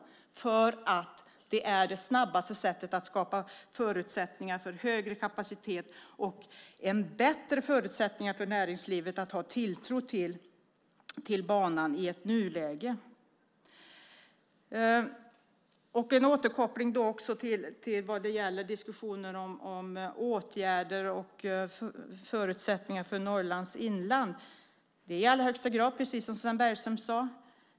På det sättet kan man snabbast skapa förutsättningar för en högre kapacitet och bättre förutsättningar för näringslivet när det gäller att i nuläget ha en tilltro till banan. Jag vill också återkoppla till diskussionen om åtgärder och förutsättningar för Norrlands inland. Det är i allra högsta grad precis så som Sven Bergström sade.